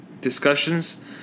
discussions